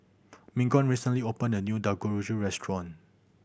Mignon recently opened a new Dangojiru restaurant